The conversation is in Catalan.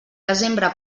desembre